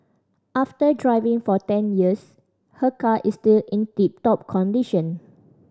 after driving for ten years her car is still in tip top condition